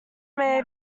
may